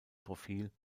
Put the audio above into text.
profil